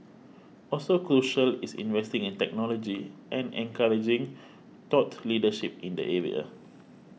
also crucial is investing in technology and encouraging thought leadership in the area